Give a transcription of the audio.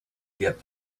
get